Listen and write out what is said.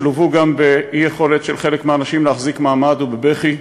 שלוו גם באי-יכולת של חלק מהאנשים להחזיק מעמד ובבכי,